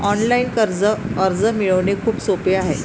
online कर्ज अर्ज मिळवणे खूप सोपे आहे